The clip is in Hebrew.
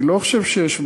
אני לא חושב שיש בעיה.